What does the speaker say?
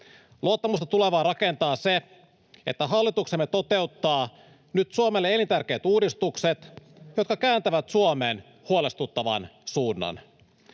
Luottamusta tulevaan rakentaa se, että hallituksemme toteuttaa nyt Suomelle elintärkeät uudistukset, jotka kääntävät Suomen huolestuttavan suunnan.